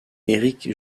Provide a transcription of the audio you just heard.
erik